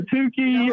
Tuki